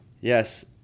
yes